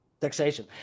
Taxation